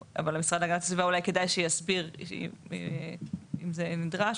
המשרד להגנת הסביבה אולי כדאי שיסביר אם זה נדרש,